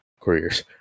careers